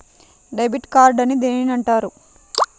Debit card అని దేనిని అంటారు?